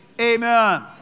Amen